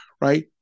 right